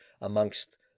amongst